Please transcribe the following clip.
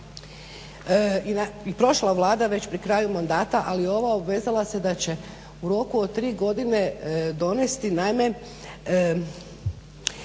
prošla Vlada već pri kraju mandata ali i ova obvezala se da će u roku od 3 godine donijeti naime